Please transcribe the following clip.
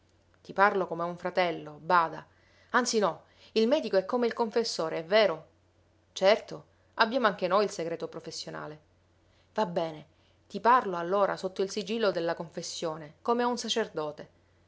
ti parlo come a un fratello bada anzi no il medico è come il confessore è vero certo abbiamo anche noi il segreto professionale va bene ti parlo allora sotto il sigillo della confessione come a un sacerdote